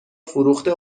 فروخته